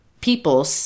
people